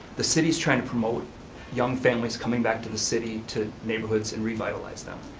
the city's trying to promote young families coming back to the city to neighborhoods and revitalize them.